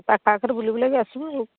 ପାଖ ଆଖରେ ବୁଲିବୁଲାକି ଆସିବୁ